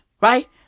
right